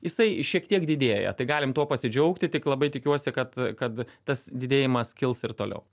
jisai šiek tiek didėja tai galim tuo pasidžiaugti tik labai tikiuosi kad kad tas didėjimas kils ir toliau